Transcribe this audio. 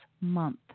month